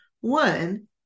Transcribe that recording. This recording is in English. One